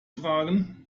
fragen